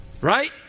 Right